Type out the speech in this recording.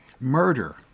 Murder